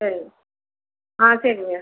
சரி ஆ சரிங்க